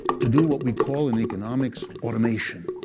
to do what we call an economics automation.